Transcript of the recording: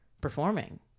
performing